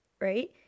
right